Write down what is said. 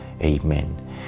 Amen